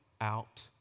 out